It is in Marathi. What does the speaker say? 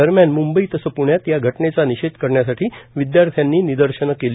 दरम्यान म्ंबई तसंच प्ण्यात या घटनेचा निषेध करण्यासाठी विद्यार्थ्यांनी निदर्शनं केली